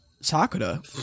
Sakura